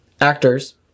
actors